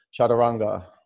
Chaturanga